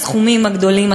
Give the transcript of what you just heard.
מהסכומים הגדולים,